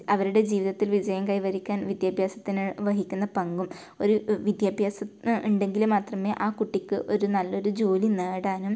അവരുടെ ജീവിതത്തിൽ വിജയം കൈവരിക്കാൻ വിദ്യാഭ്യാസത്തിന് വഹിക്കുന്ന പങ്കും ഒരു വിദ്യാഭ്യാസം ഉണ്ടെങ്കിൽ മാത്രമേ ആ കുട്ടിക്ക് ഒരു നല്ലൊരു ജോലി നേടാനും